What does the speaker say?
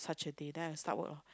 such a day then I start work loh